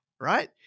right